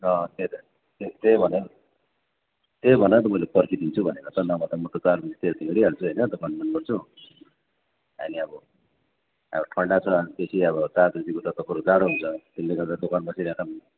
त्यही त त्यही भनेर त त्यही भनेर त मैले पर्खिदिन्छु भनेको त नभए त म त चार बजीतिर त हिँडीहाल्छु होइन दोकान बन्द गर्छु अहिले अब अब ठन्डा छ बेसी अब चार बजीदेखि उता त जाडो हुन्छ त्यसले गर्दा दोकान बसिराख्दा पनि